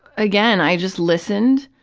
again, i just listened,